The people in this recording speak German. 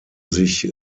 sich